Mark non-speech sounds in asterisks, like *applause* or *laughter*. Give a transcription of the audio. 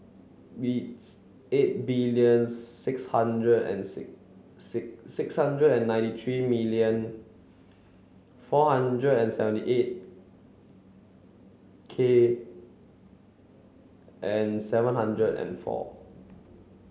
beats eight billion six hundred and *unintelligible* six hundred and ninety three million four hundred and seventy eight K and seven hundred and four